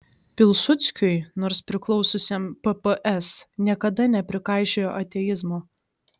pilsudskiui nors priklausiusiam pps niekada neprikaišiojo ateizmo